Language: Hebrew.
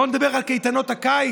בואו נדבר על קייטנות הקיץ,